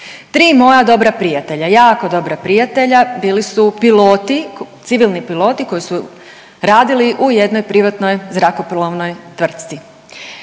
Tri moja dobra prijatelja, jako dobra prijatelja bili su piloti, civilni piloti koji su radili u jednoj privatnoj zrakoplovnoj tvrtci.